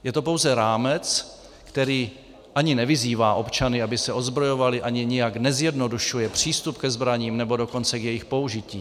Je to pouze rámec, který ani nevyzývá občany, aby se ozbrojovali, ani nijak nezjednodušuje přístup ke zbraním, nebo dokonce k jejich použití.